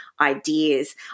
ideas